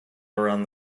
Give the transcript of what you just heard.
around